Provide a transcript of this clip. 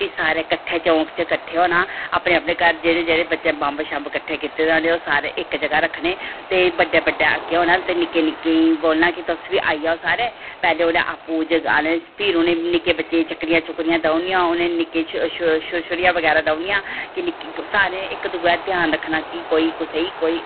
फ्ही सारें कट्ठे चौंक च कट्ठे होना अपनें अपनेे घर जेह्के बच्चैं बम्ब शम्ब कट्ठे कीते दे होने ओह् सारे इक जगाह् रक्खने ते बड्डें बड्डें अग्गैं होना ते निक्कें निक्कें गी बोलना तुस बी आई जाओ सारे फ्ही उनैं जगैने निक्कें बच्चें गी चक्करियां शक्करियां शुरशुरियां देई ओड़नियां सारें इक दुए दा ध्यान देना कि कोई